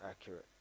accurate